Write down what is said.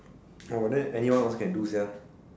oh then anyone also can do sia